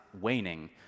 waning